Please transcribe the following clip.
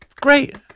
great